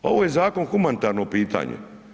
Ovo je zakon humanitarno pitanje.